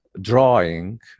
drawing